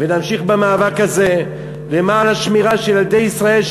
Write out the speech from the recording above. ונמשיך במאבק הזה למען השמירה על ילדי ישראל,